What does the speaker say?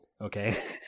Okay